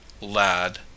lad